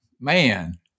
man